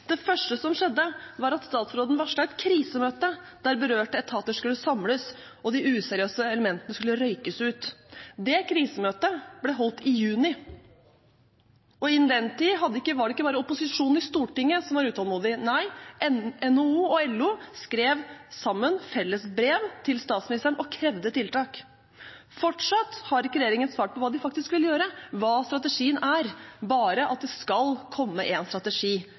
Det første som skjedde, var at statsråden varslet et krisemøte der berørte etater skulle samles, og de useriøse elementene skulle røykes ut. Det krisemøtet ble holdt i juni. Innen den tid var det ikke bare opposisjonen i Stortinget som var utålmodig. NHO og LO skrev sammen felles brev til statsministeren og krevde tiltak. Fortsatt har ikke regjeringen svart på hva den faktisk vil gjøre, hva strategien er, bare at det skal komme en strategi.